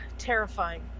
terrifying